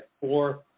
four